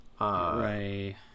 right